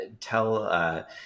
tell